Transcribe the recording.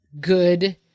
good